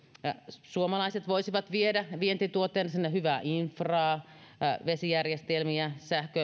suomalaiset voisivat viedä vientituotteena sinne hyvää infraa vesijärjestelmiä